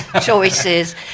choices